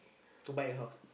to buy a house